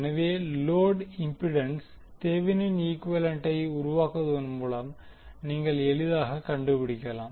எனவே load impedance Thevenin ஈகுவேலன்டை உருவாக்குவதன் மூலம் நீங்கள் எளிதாகக் கண்டுபிடிக்கலாம்